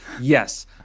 Yes